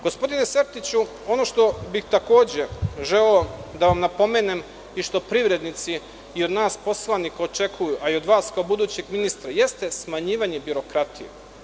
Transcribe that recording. Gospodine Sertiću, ono što bih takođe želeo da vam napomenem i što privrednici od nas poslanika očekuju, a i od vas budućeg ministra, jeste smanjivanje birokratije.